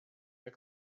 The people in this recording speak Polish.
już